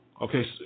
Okay